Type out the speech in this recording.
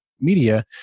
Media